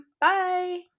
Bye